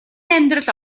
амьдрал